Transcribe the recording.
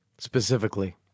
Specifically